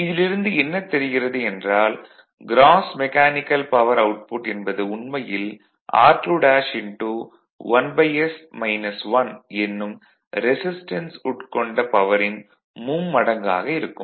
இதிலிருந்து என்னத் தெரிகிறது என்றால் க்ராஸ் மெக்கானிக்கல் பவர் அவுட்புட் என்பது உண்மையில் r2 1s 1 என்னும் ரெசிஸ்டன்ஸ் உட்கொண்ட பவரின் மும்மடங்காக இருக்கும்